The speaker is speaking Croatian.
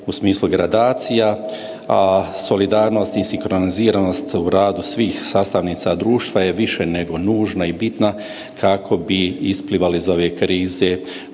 u smislu gradacija, a solidarnost i sinhroniziranost u radu svih sastavnica društva je više nego nužna i bitna kako bi isplivali iz ove krize